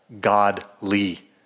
godly